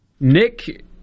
Nick